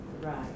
Right